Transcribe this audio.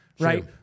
Right